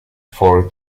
for